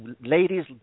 Ladies